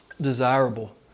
desirable